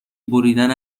بریدن